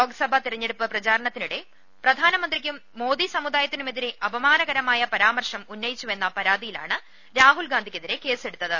ലോക്സഭാ തെരഞ്ഞെടുപ്പ് പ്രചാരണത്തിനിടെ പ്രധാനമന്ത്രിയ്ക്കും മോദി സമുദായത്തിനുമെതിരെ അപമാനകരമായ പരാമർശം ഉന്നയിച്ചു വെന്ന പരാതിയിലാണ് രാഹുൽഗാന്ധിക്കെതിരെ കേസെടുത്തത്